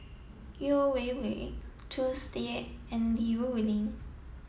Yeo Wei Wei Tsung Yeh and Li Rulin